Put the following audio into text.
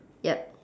yup